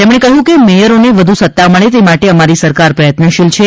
તેમણે કહ્યું કે મેયરોને વધુ સત્તા મળે તે માટે અમારી સરકાર પ્રયત્નશીલ છે